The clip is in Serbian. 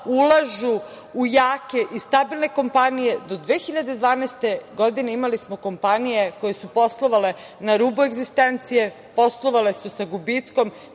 ulažu u jake i stabilne kompanije do 2012. godine imali smo kompanije koje su poslovale na rubu egzistencije poslovale su sa gubitkom,